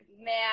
Man